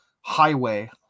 highway